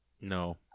No